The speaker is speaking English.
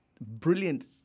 Brilliant